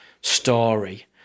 story